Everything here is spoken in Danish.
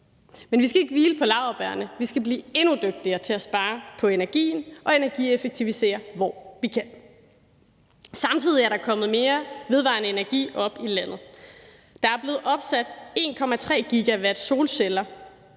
Men vi skal ikke hvile på laurbærrene. Vi skal blive endnu dygtigere til at spare på energien og energieffektivisere, hvor vi kan. Samtidig er der opsat flere vedvarende energi-anlæg op i landet: Der er blevet opsat 1,3 GW solceller